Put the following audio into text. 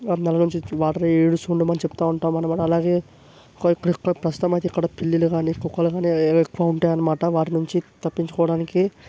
నల్లా నుంచి వాటర్ ఈడుస్తూ ఉండమని చెప్తూ ఉంటామన్నమాట అలాగే ప్రస్తుతం అయితే ఇక్కడ పిల్లులు కాని కుక్కలు కాని ఎక్కువుంటాయన్నమాట వాటినుంచి తప్పించుకోవడానికి